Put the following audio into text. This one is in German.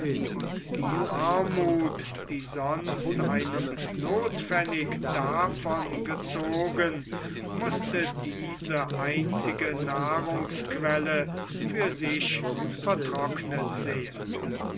und die armuth die sonst einen nothpfennig davon gezogen mußte diese einzige nahrungsquelle für sich vertrocknet sehen